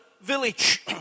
village